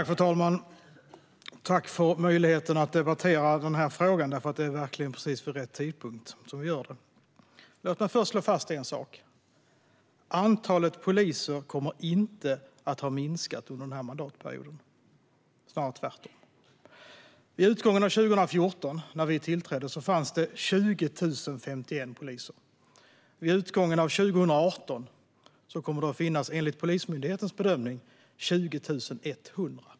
Fru talman! Tack för möjligheten att debattera denna fråga! Det är verkligen precis vid rätt tidpunkt som vi gör detta. Låt mig först slå fast en sak: Antalet poliser kommer inte att ha minskat under denna mandatperiod, snarare tvärtom. Vid utgången av 2014, när vi tillträdde, fanns det 20 051 poliser. Vid utgången av 2018 kommer det att finnas, enligt Polismyndighetens bedömning, 20 100.